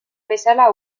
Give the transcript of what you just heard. bezala